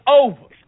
over